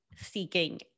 seeking